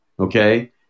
Okay